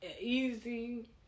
easy